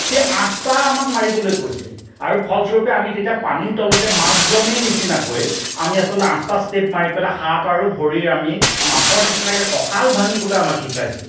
সেই আঠটা আমাক মাৰিবলৈ কৈছিল আৰু ফলস্বৰূপে আমি তেতিয়া পানীৰ তলতে মাছজনীৰ নিচিনাকৈ আমি আচলতে আঠটা ষ্টেপ মাৰি পেলাই হাত আৰু ভৰি আমি মাছৰ নিচিনাকৈ কঁকাল ভাঙিবলৈ আমাক শিকাইছিল